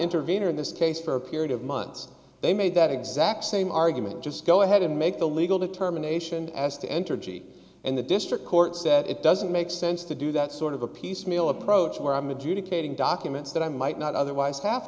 intervene or in this case for a period of months they made that exact same argument just go ahead and make the legal determination as to entergy and the district court said it doesn't make sense to do that sort of a piecemeal approach where i'm adjudicating documents that i might not otherwise have